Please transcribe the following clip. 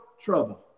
trouble